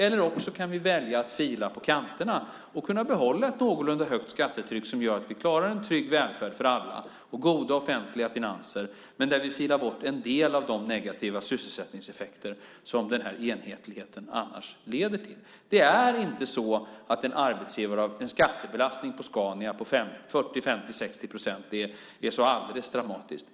Eller också kan vi välja att fila på kanterna och kunna behålla ett någorlunda högt skattetryck som gör att vi klarar en trygg välfärd för alla och goda offentliga finanser, men där vi filar bort en del av de negativa sysselsättningseffekter som den här enhetligheten annars leder till. En skattebelastning på Scania på 40, 50 eller 60 procent är inte så dramatiskt.